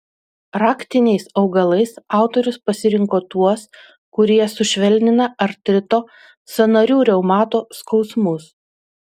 raktiniais augalais autorius pasirinko tuos kurie sušvelnina artrito sąnarių reumato skausmus